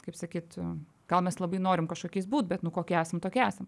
kaip sakyt gal mes labai norim kažkokiais būt bet nu kokie esam tokie esam